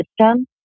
system